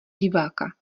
diváka